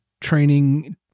training